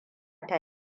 ta